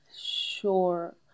sure